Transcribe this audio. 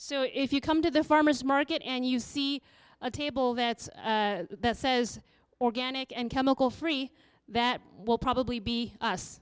so if you come to the farmers market and you see a table that says organic and chemical free that will probably be us